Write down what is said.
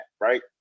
right